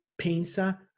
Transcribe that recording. pensa